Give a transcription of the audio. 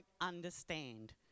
understand